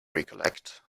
recollect